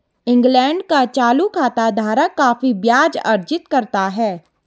England का चालू खाता धारक काफी ब्याज अर्जित करता है